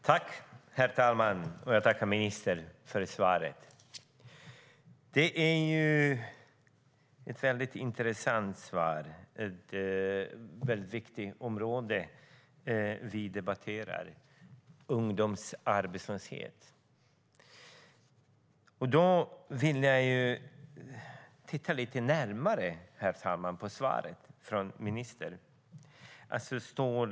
Herr talman! Jag tackar ministern för svaret, som är väldigt intressant. Det är ett väldigt viktigt område vi debatterar: ungdomsarbetslöshet. Jag vill kommentera svaret från ministern lite närmare, herr talman.